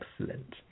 Excellent